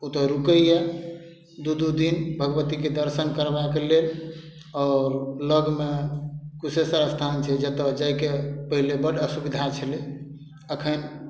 ओतऽ रुकइए दू दू दिन भगवतीके दर्शन करबाक लेल आओर लगमे कुशेश्वर स्थान छै जतऽ जाइके पहिले बड असुविधा छलै एखन